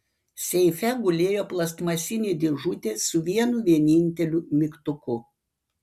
seife gulėjo plastmasinė dėžutė su vienu vieninteliu mygtuku